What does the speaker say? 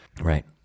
Right